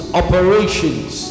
operations